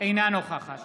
אינה נוכחת